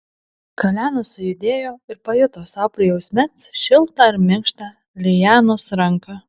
kalenas sujudėjo ir pajuto sau prie juosmens šiltą ir minkštą lianos ranką